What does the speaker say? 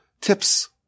tips